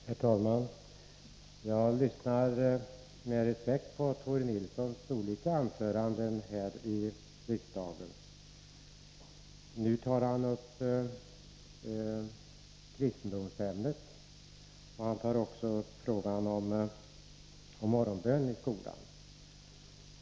Herr talman! Jag lyssnar med respekt till Tore Nilssons olika anföranden här i riksdagen. Nu tar han upp kristendomsämnet, och han tar också upp frågan om morgonbön i skolan.